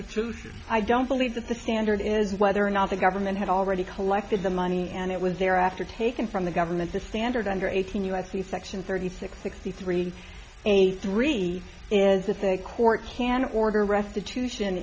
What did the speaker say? restitution i don't believe that the standard is whether or not the government had already collected the money and it was there after taken from the government the standard under eighteen u s c section thirty six sixty three eighty three is that they court can order restitution